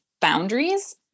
boundaries